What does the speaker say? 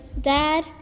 dad